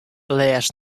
lês